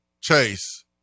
Chase